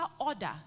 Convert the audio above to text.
order